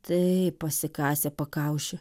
taip pasikasė pakaušį